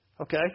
Okay